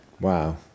Wow